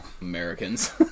Americans